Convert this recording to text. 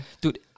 Dude